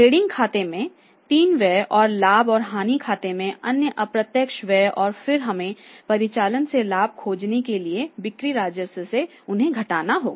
trading खाते में तीन व्यय और लाभ और हानि खाते में अन्य अप्रत्यक्ष व्यय और फिर हमें परिचालन से लाभ खोजने के लिए बिक्री राजस्व से इन्हें घटाना होगा